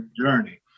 journey